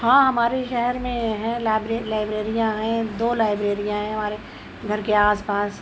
ہاں ہمارے شہر میں ہیں لائبریریاں ہیں دو لائبریریاں ہیں ہمارے گھر کے آس پاس